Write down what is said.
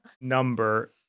number